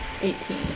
Eighteen